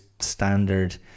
standard